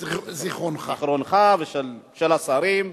זיכרונך, ושל השרים: